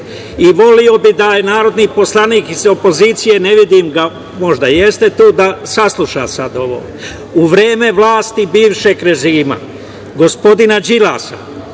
bih da je narodni poslanik iz opozicije, ne vidim ga, možda jeste tu, da sasluša sada ovo. U vreme vlasti bivšeg režima, gospodina Đilasa